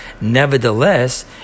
nevertheless